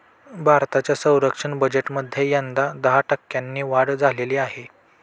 भारताच्या संरक्षण बजेटमध्ये यंदा दहा टक्क्यांनी वाढ झालेली आहे